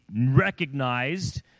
recognized